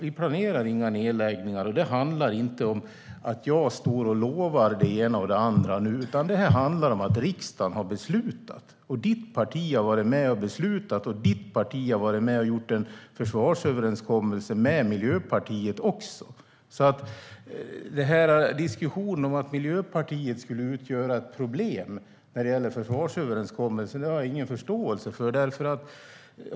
Vi planerar inga nedläggningar. Det handlar inte om att jag nu står och lovar det ena eller andra. Det handlar om att riksdagen har beslutat. Ditt parti har varit med och beslutat och gjort en försvarsöverenskommelse också med Miljöpartiet, Mats Green. Diskussionen om att Miljöpartiet skulle utgöra ett problem när det gäller försvarsöverenskommelsen har jag ingen förståelse för.